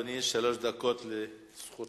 בבקשה, אדוני, שלוש דקות לזכותך.